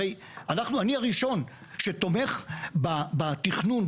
הרי אני הראשון שתומך בתכנון,